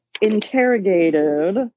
interrogated